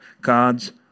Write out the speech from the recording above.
God's